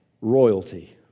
royalty